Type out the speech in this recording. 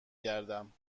گردم